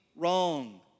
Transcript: Wrong